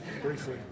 Briefly